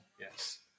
Yes